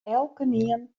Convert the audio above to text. elkenien